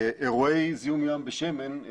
אירועי זיהום ים בשמן,